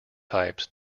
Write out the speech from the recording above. types